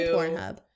Pornhub